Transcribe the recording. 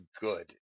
good